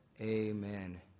Amen